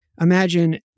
Imagine